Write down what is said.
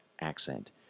accent